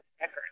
record